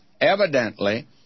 evidently